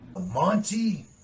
Monty